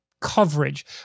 coverage